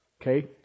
Okay